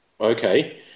okay